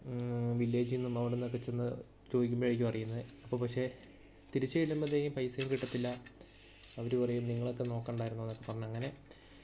വില്ലേജിൽ നിന്നും അവിടെ നിന്നൊക്കെ ചെന്നു ചോദിക്കുമ്പോഴായിരിക്കും അറിയുന്നത് അപ്പോൾ പക്ഷെ തിരിച്ചു ചെല്ലുമ്പോഴത്തേക്കും പൈസയും കിട്ടത്തില്ല അവർ പറയും നിങ്ങളൊക്കെ നോക്കേണ്ടായിരുന്നോ എന്നൊക്കെ പറഞ്ഞങ്ങനെ